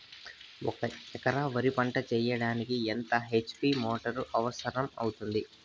ఒక ఎకరా వరి పంట చెయ్యడానికి ఎంత హెచ్.పి మోటారు అవసరం అవుతుంది?